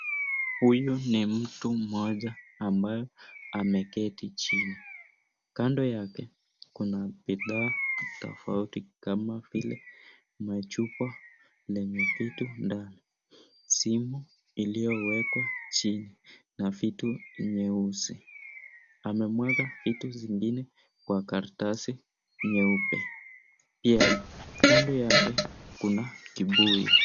Huyu ni mtu mmoja ambaye ameketi chini. Kando yake kuna bidhaa tofauti kama vile machupa lenye vitu ndani, simu iliyowekwa chini na vitu nyeusi. Amemwaga vitu zingine kwa karatasi nyeupe, pia kando yake kuna kibuyu.